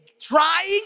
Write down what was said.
trying